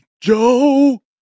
Joe